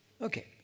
Okay